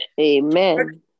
Amen